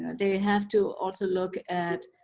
they have to also look at